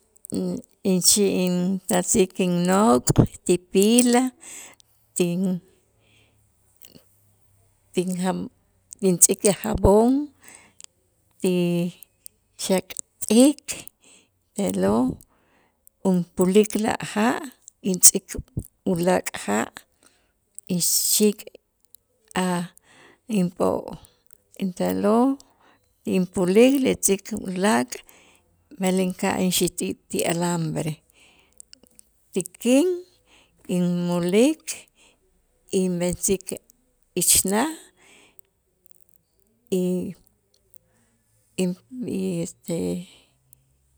Inchi' intasik innok' ti pila ti- tinjan tintz'ik a' jabón ti ch'aksik te'lo' unpulik la ja' intz'ik ulaak' ja' inxik' a' inp'o' y te'lo' inpulik lechik ulaak' b'el inka'aj inxutu' ti alambre ti k'in inmolik inb'ensik ixna' y in y este